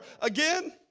again